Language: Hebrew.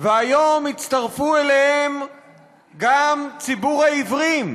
והיום הצטרף אליהם גם ציבור העיוורים.